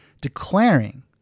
declaring